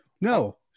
no